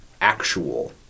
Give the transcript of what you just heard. actual